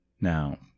Now